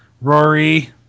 Rory